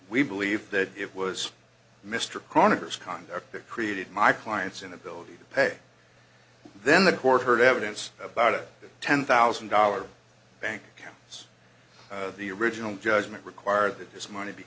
we believe that it was mr carter's conduct that created my client's inability to pay then the court heard evidence about a ten thousand dollars bank accounts of the original judgment require that his money be